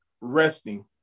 resting